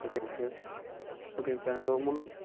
ஓகேங்க சார் ஓகேங்க சார் எனக்கு ஒரு முந்நூறு